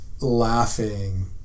laughing